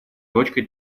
точкой